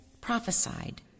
prophesied